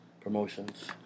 promotions